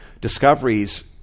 discoveries